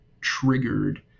triggered